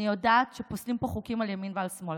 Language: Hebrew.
אני יודעת שפוסלים פה חוקים על ימין ועל שמאל,